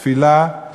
תפילה,